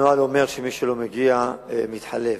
אני אומר שמי שלא מגיע מתחלף.